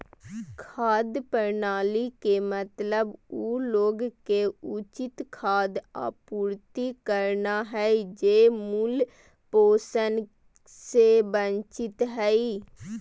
खाद्य प्रणाली के मतलब उ लोग के उचित खाद्य आपूर्ति करना हइ जे मूल पोषण से वंचित हइ